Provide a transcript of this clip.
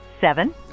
Seven